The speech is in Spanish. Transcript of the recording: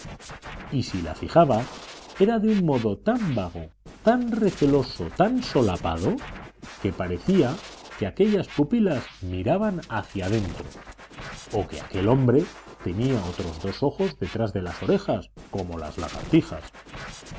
y si la fijaba era de un modo tan vago tan receloso tan solapado que parecía que aquellas pupilas miraban hacia adentro o que aquel hombre tenía otros dos ojos detrás de las orejas como las lagartijas